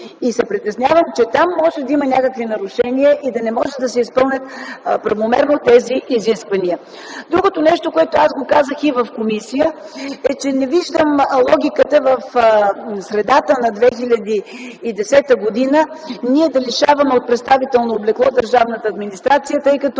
и се притеснявам, че там може да има някакви притеснения и не могат да се изпълнят правомерно тези изисквания. Другото нещо, което аз казах и в заседание на комисията, е, че не виждам логиката в средата на 2010 г. ние да лишаваме от представително облекло държавната администрация, тъй като